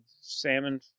salmon